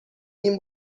این